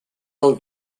del